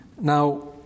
Now